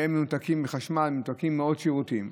והם מנותקים מחשמל, מנותקים מעוד שירותים.